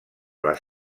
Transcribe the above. les